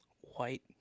White